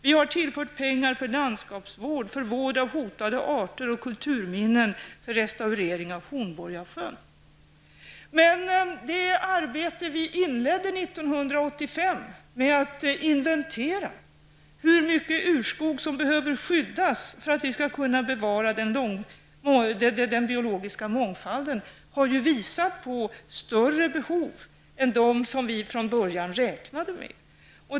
Vi har tillfört pengar för landskapsvård, för vård av hotade arter och kulturminnen och för restaurering av Men det arbete vi inledde 1985 med en inventering av hur mycket urskog som behöver skyddas för att vi skall kunna bevara den biologiska mångfalden har ju visat på större behov än dem vi från början räknade med.